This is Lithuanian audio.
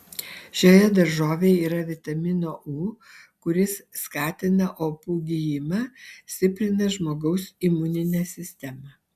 šioje daržovėje yra vitamino u kuris skatina opų gijimą stiprina žmogaus imuninę sistemą